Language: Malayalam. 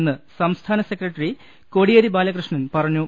എന്ന് സംസ്ഥാനസെക്രട്ടറി കോടിയേരി ബാലകൃഷ്ണൻ പറഞ്ഞു